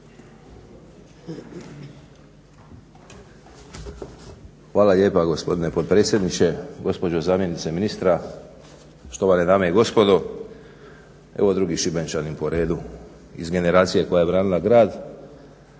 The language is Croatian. Hvala lijepa gospodine potpredsjedničke, gospođo zamjenice ministra, štovane dame i gospodo. Evo drugi šibenčanin po redu iz generacije koja je branila grad.